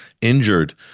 injured